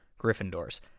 Gryffindors